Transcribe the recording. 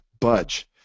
budge